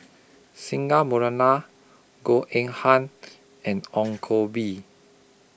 Singai Goh Eng Han and Ong Koh Bee